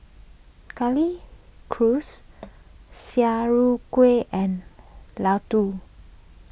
Sauerkraut and Ladoo